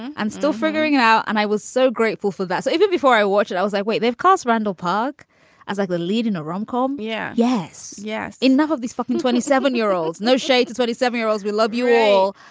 i'm still figuring it out. and i was so grateful for that. even before i watch it, i was like, wait. they've cost randall park as like the lead in a romcom. yeah. yes. yes. enough of this fucking twenty seven year old. no shade. twenty seven year olds. we love you all.